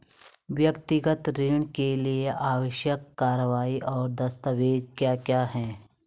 व्यक्तिगत ऋण के लिए आवश्यक कार्यवाही और दस्तावेज़ क्या क्या हैं?